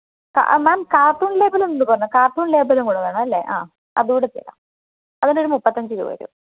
ആഹ് ആഹ് മേം carton label ഉണ്ട് കുറേ കാര്ട്ടൂണ് ലേബലും കൂടെ വേണം അല്ലെങ്കിൽ ആഹ് അതുംകൂടെ തരാം അതിനൊരു മുപ്പത്തഞ്ച് രൂപ വരും